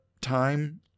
time